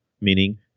meaning